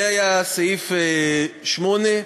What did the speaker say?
זה היה סעיף 8,